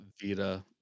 Vita